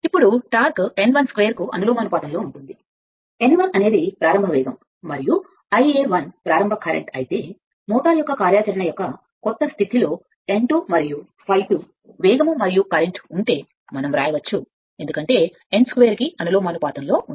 ఇప్పుడు torque n12 కు అనులోమానుపాతంలో ఉంటే n1 ప్రారంభ వేగం మరియు ∅1 ప్రారంభ కరెంట్ అయితే మోటారు యొక్క కార్యాచరణ యొక్క కొత్త స్థితిలో n2 మరియు ∅2 వేగం మరియు కరెంట్ ఉంటే మనం వ్రాయవచ్చు ఎందుకంటే n2 కి అనులోమానుపాతంలో ఉంటుంది